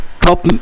top